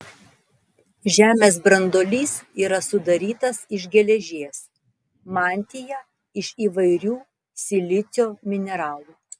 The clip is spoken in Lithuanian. žemės branduolys yra sudarytas iš geležies mantija iš įvairių silicio mineralų